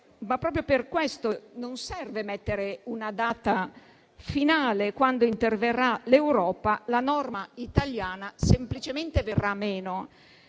ma proprio per questo non serve mettere una data finale; quando interverrà l'Europa, la norma italiana semplicemente verrà meno.